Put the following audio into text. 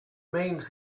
means